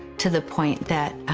to the point that